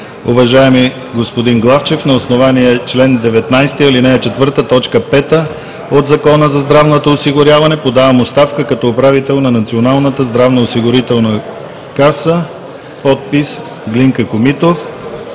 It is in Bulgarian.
„Уважаеми господин Главчев, на основание чл. 19, ал. 4, т. 5 от Закона за здравното осигуряване подавам оставка като управител на Националната здравноосигурителна каса“. Подпис – Глинка Комитов.